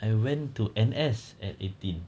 I went to N_S at eighteen